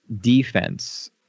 defense